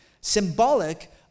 Symbolic